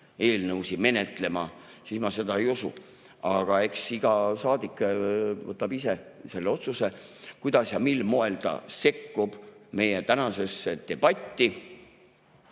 eelnõusid menetlema, siis ma seda ei usu. Aga eks iga saadik teeb ise selle otsuse, kuidas ja mil moel ta sekkub meie tänasesse debatti.